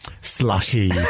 slushy